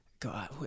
God